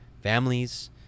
families